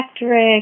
Electric